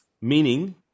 Meaning